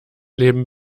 leben